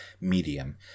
medium